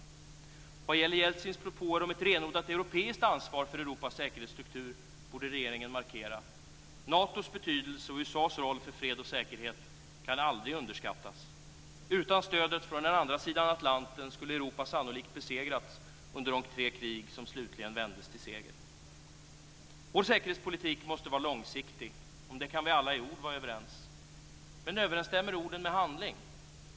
Vad gäller president Jeltsins propåer om ett renodlat europeiskt ansvar för Europas säkerhetsstruktur borde regeringen markera. Natos betydelse och USA:s roll för fred och säkerhet kan aldrig underskattas. Utan stödet från den andra sidan Atlanten skulle Europa sannolikt besegrats under de tre krig som slutligen vändes till seger. Vår säkerhetspolitik måste vara långsiktig. Om det kan vi alla i ord vara överens. Men överensstämmer orden med handling?